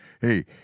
hey